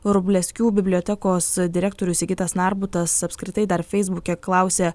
vrublevskių bibliotekos direktorius sigitas narbutas apskritai dar feisbuke klausė